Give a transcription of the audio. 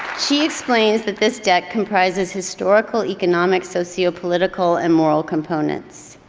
she explains that this debt comprises historical, economic, sociopolitical and moral components.